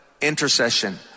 intercession